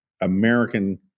American